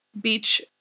beach